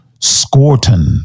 Scorton